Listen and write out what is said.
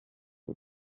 for